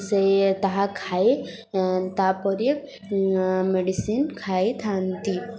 ସେଇ ତାହା ଖାଇ ତା'ପରେ ମେଡ଼ିସିନ୍ ଖାଇଥାନ୍ତି